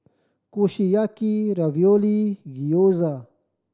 Kushiyaki Ravioli and Gyoza